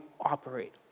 operate